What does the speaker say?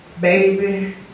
baby